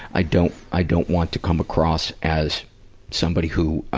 i don't, i don't want to come across as somebody who,